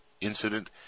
incident